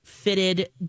fitted